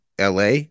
LA